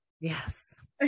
Yes